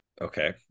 okay